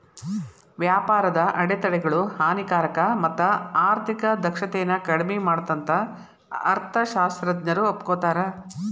ವ್ಯಾಪಾರದ ಅಡೆತಡೆಗಳು ಹಾನಿಕಾರಕ ಮತ್ತ ಆರ್ಥಿಕ ದಕ್ಷತೆನ ಕಡ್ಮಿ ಮಾಡತ್ತಂತ ಅರ್ಥಶಾಸ್ತ್ರಜ್ಞರು ಒಪ್ಕೋತಾರ